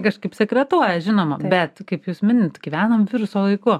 kažkaip sekretuoja žinoma bet kaip jūs minit gyvenam viruso laiku